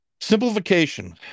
simplification